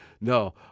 No